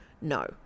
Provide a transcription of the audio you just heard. no